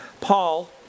Paul